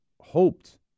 hoped